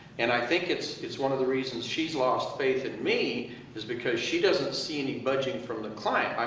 and i think it's it's one of the reasons she's lost faith in me is because she doesn't see any budging from the kind of